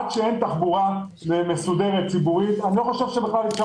כל עוד אין תחבורה ציבורית מסודרת אני חושב שאי אפשר